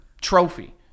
trophy